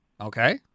Okay